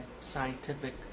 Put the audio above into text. scientific